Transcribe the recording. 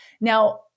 Now